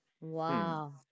wow